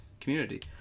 community